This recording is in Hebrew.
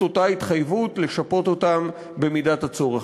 אותה התחייבות לשפות אותם במידת הצורך.